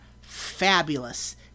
fabulous